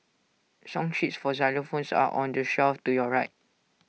song sheets for xylophones are on the shelf to your right